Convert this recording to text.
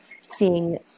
seeing